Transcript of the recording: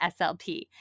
SLP